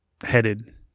headed